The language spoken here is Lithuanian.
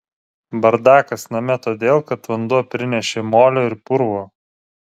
bardakas name todėl kad vanduo prinešė molio ir purvo